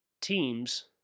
teams